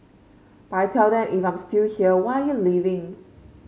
but I tell them if I'm still here why are you leaving